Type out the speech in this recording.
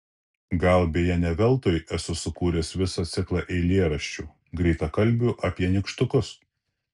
gal beje ne veltui esu sukūręs visą ciklą eilėraščių greitakalbių apie nykštukus